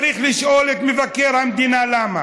צריך לשאול את מבקר המדינה למה.